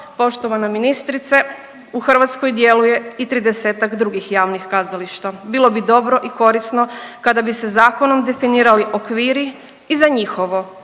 poštovana ministrice, u Hrvatskoj djeluje i 30-ak drugih javnih kazališta, bilo bi dobro i korisno kada bi se zakonom definirali okviri i za njihovo